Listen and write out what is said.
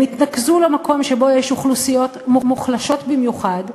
הם התנקזו למקום שבו יש אוכלוסיות מוחלשות במיוחד,